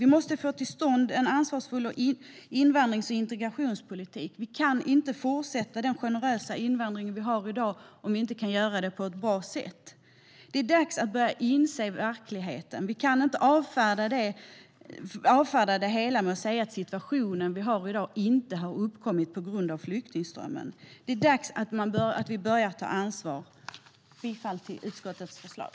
Vi måste få till stånd en ansvarsfull invandrings och integrationspolitik. Vi kan inte fortsätta att ha den generösa invandring som vi har i dag om vi inte kan göra det på ett bra sätt. Det är dags att börja inse hur verkligheten ser ut. Vi kan inte avfärda det hela med att säga att situationen vi har i dag inte har uppkommit på grund av flyktingströmmen. Det är dags att börja ta ansvar! Jag yrkar bifall till utskottets förslag.